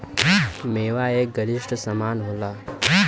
मेवा एक गरिश्ट समान होला